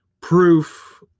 proof